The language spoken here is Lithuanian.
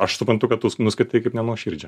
aš suprantu kad tu nuskaitai kaip nenuoširdžią